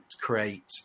create